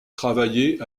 travaillaient